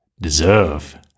deserve